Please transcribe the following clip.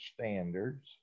standards